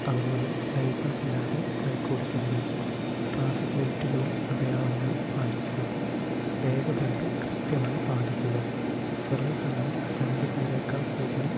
അതുപോലെ ലൈസൻസില്ലാതെ ബൈക്ക് ഓടിക്കരുത് ട്രാഫിക് ലൈറ്റുകളും അടയാളങ്ങളും പാലിക്കുക വേഗപരിധി കൃത്യമായി പാലിക്കുക ഒരേ സമയം രണ്ടു പേരേക്കാൾ കൂടുതൽ